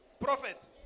Prophet